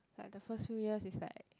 like the first few years is like